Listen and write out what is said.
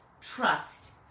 trust